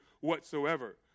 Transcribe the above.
whatsoever